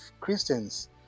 Christians